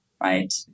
right